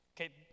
Okay